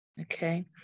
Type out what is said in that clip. Okay